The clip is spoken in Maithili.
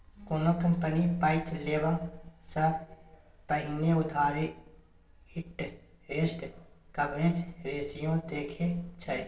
कोनो कंपनी पैंच लेबा सँ पहिने उधारी इंटरेस्ट कवरेज रेशियो देखै छै